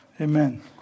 Amen